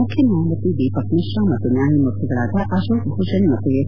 ಮುಖ್ಯ ನ್ಯಾಯಮೂರ್ತಿ ದೀಪಕ್ ಮಿಶ್ರಾ ಮತ್ತು ನ್ಯಾಯಮೂರ್ತಿಗಳಾದ ಆತೋಕ್ ಭೂಷಣ್ ಮತ್ತು ಎಸ್